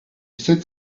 sept